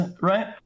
right